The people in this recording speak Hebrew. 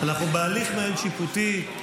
אנחנו בהליך מעין-שיפוטי.